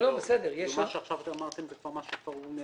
כל מה שאמרתם עכשיו, הכול נאמר.